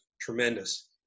tremendous